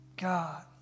God